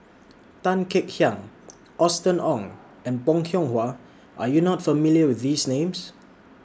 Tan Kek Hiang Austen Ong and Bong Hiong Hwa Are YOU not familiar with These Names